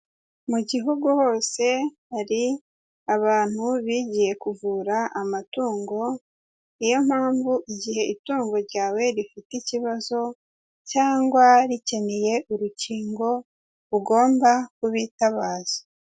Mu gihugu hose hari abantu bigiye kuvura amatungo, niyo mpamvu igihe itungo ryawe rifite ikibazo cyangwa rikeneye urukingo, ugomba kubitabaza.